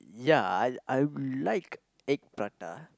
ya I I will like egg prata